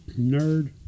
Nerd